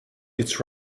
its